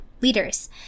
leaders